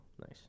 nice